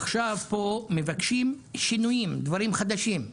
עכשיו מבקשים פה שינויים, דברים חדשים,